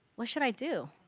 what should i do?